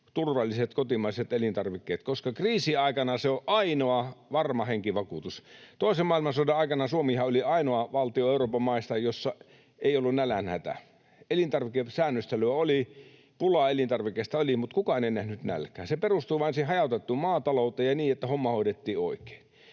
turvalliset kotimaiset elintarvikkeet, koska kriisiaikana se on ainoa varma henkivakuutus. Toisen maailmansodan aikana Suomihan oli ainoa valtio Euroopan maista, jossa ei ollut nälänhätä — elintarvikesäännöstely oli, ja pula elintarvikkeista oli, mutta kukaan ei nähnyt nälkää. Se perustui vain siihen hajautettuun maatalouteen ja siihen, että homma hoidettiin oikein.